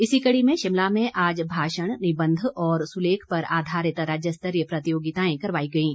इसी कड़ी में शिमला में आज भाषण निबंध और सुलेख पर आधारित राज्यस्तरीय प्रतियोगिताएं करवाई गयीं